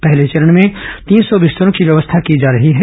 पहले चरण में तीन सौ बिस्तरों की व्यवस्था की जा रही है